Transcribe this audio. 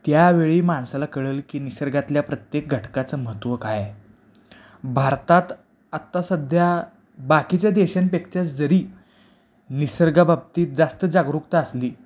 त्यावेळी माणसाला कळंल की निसर्गातल्या प्रत्येक घटकाचं महत्त्व काय भारतात आत्ता सध्या बाकीच्या देशांपेक्षा जरी निसर्गाबाबतीत जास्त जागरूकता असली